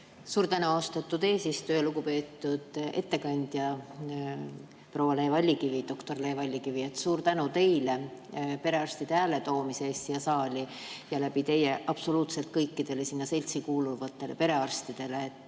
Suur tänu, austatud eesistuja! Lugupeetud ettekandja proua Le Vallikivi, doktor Le Vallikivi! Suur tänu teile perearstide hääle toomise eest siia saali ja absoluutselt kõikidele sinna seltsi kuuluvatele perearstidele!